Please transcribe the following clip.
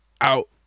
out